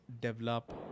develop